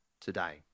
today